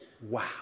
Wow